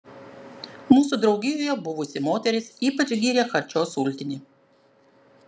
mūsų draugijoje buvusi moteris ypač gyrė charčio sultinį